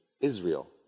Israel